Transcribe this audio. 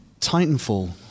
Titanfall